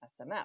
SMF